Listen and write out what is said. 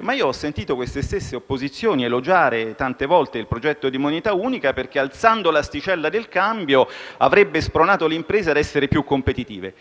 ma ho sentito queste stesse opposizioni elogiare tante volte il progetto di moneta unica, perché alzando l'asticella del cambio avrebbe spronato le imprese a essere più competitive.